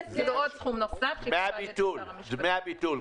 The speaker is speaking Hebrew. דמי הביטול.